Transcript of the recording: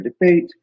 debate